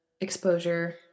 exposure